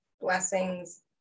blessings